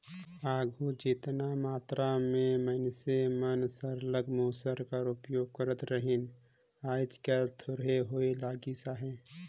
आघु जेतना मातरा में मइनसे मन सरलग मूसर कर उपियोग करत रहिन आएज काएल थोरहें होए लगिस अहे